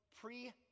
pre